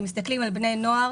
כשמסתכלים על בני נוער